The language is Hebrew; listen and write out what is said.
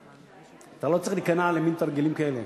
אתה לא צריך להיכנע למין תרגילים כאלה,